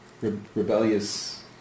rebellious